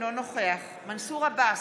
אינו נוכח מנסור עבאס,